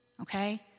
okay